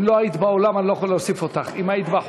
אתה יכול להוסיף אותי?